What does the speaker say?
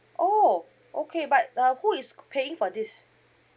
oh okay but uh who is paying for this